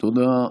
תודה.